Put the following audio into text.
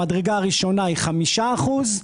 המדרגה הראשונה היא חמישה אחוזים,